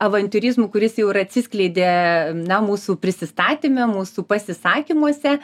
avantiūrizmu kuris jau ir atsiskleidė na mūsų prisistatyme mūsų pasisakymuose